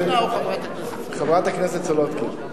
או מרינה או חברת הכנסת סולודקין.